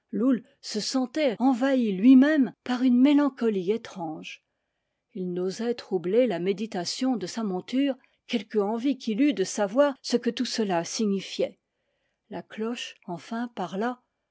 se sentait envahi lui-même par une mélancolie étrange il n'osait troubler la méditation de sa monture quelque envie qu'il eût de savoir ce que tout cela signifiait la cloche enfin parla